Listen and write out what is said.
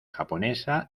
japonesa